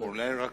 אולי רק